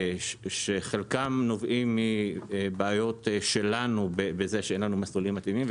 שחלקם נובעים מבעיות שלנו בזה שאין לנו מסלולים מתאימים.